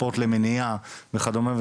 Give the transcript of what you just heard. ספורט למניעה וכדומה,